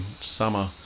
summer